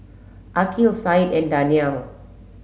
Aqil Said and Daniel